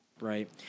Right